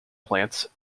plants